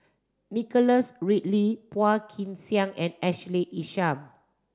Nicholas Ridley Phua Kin Siang and Ashley Isham